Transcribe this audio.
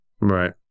Right